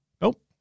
Nope